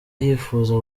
yifuza